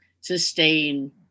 sustain